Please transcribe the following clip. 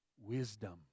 wisdom